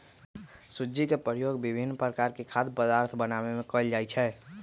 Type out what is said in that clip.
सूज्ज़ी के प्रयोग विभिन्न प्रकार के खाद्य पदार्थ बनाबे में कयल जाइ छै